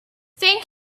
thank